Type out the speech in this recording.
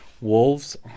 Wolves